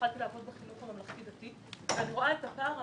לעבוד בחינוך הממלכתי-דתי, ראיתי את הפער המדהים.